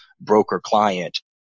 broker-client